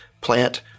plant